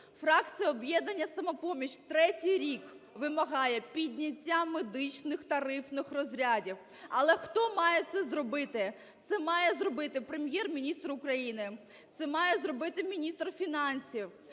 Фракція "Об'єднання "Самопоміч" третій рік вимагає підняття медичних тарифних розрядів. Але хто має це зробити? Це має зробити Прем’єр-міністр України, це має зробити міністр фінансів.